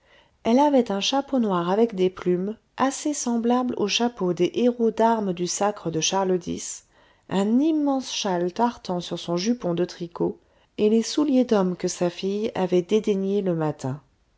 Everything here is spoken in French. elle avait un chapeau noir avec des plumes assez semblable aux chapeaux des hérauts d'armes du sacre de charles x un immense châle tartan sur son jupon de tricot et les souliers d'homme que sa fille avait dédaignés le matin